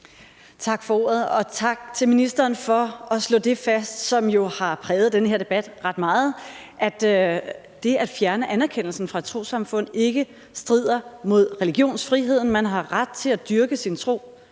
Tak for ordet, og tak til ministeren for at slå det fast, som jo har præget den her debat ret meget, nemlig at det at fjerne anerkendelsen fra et trossamfund ikke strider mod religionsfriheden. Man har ret til at dyrke sin tro